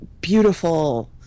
beautiful